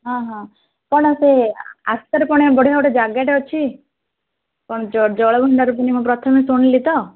ହଁ ହଁ କ'ଣ ସେ ଆସ୍କାରେ ବଢ଼ିଆ ଗୋଟେ ଜାଗାଟେ ଅଛି କ'ଣ ଜଳଭଣ୍ଡାର ମୁଁ ପ୍ରଥମେ ଶୁଣିଲି ତ